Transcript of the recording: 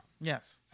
Yes